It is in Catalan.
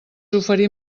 oferir